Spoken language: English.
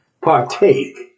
partake